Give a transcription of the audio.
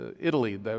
Italy